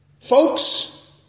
Folks